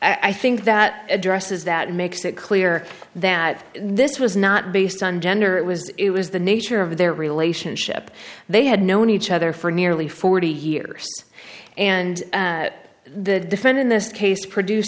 i think that addresses that makes it clear that this was not based on gender it was it was the nature of their relationship they had known each other for nearly forty years and the defend in this case